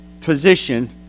position